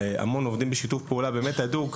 עובדים בשיתוף פעולה הדוק,